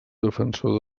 defensor